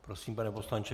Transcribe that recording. Prosím, pane poslanče.